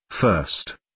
first